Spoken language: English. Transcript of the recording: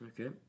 Okay